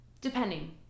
depending